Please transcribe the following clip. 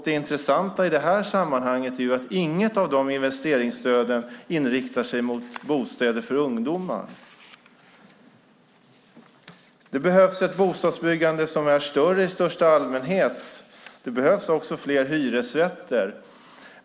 Det intressanta i sammanhanget är att inget av de investeringsstöden inriktar sig mot bostäder för ungdomar. Det behövs ett bostadsbyggande som är större i största allmänhet. Det behövs också fler hyresrätter.